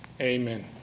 Amen